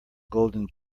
golden